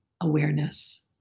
awareness